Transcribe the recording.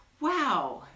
Wow